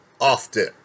often